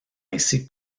ainsi